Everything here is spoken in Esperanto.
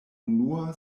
unua